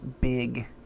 big